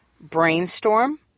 Brainstorm